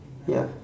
ya